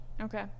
Okay